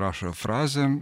rašo frazėm